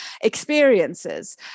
experiences